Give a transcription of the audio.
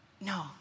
no